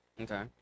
Okay